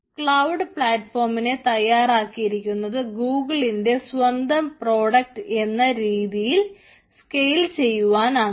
cloud പ്ളാറ്റ്ഫോമിനെ തയാറാക്കിയിരിക്കുന്നത് ഗൂഗുളിന്റെ സ്വന്തം പ്രോഡക്ട് എന്ന രീതിയിൽ സ്കെയിൽ ചെയ്യുവാൻ ആണ്